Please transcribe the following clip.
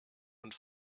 und